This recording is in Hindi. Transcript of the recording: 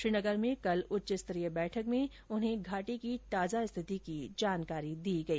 श्रीनगर में कल उच्च स्तरीय बैठक में उन्हें घाटी की ताजा स्थिति की जानकारी दी गई